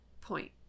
point